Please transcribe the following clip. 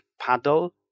paddle